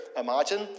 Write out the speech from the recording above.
imagine